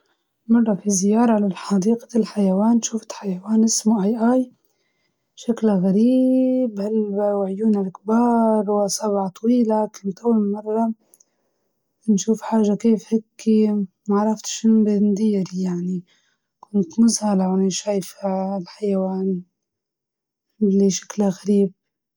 شفت فيل مرة في حديقة حيوانات شكله عظيم، وكبير بطريقة غريبة، تذكرت الأفلام اللي كنت نشوفها وأنا صغيرة، كان يمكن نرفع رأسي باش نشوفه، عالي عالي واجد.